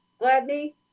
Gladney